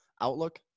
outlook